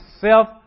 self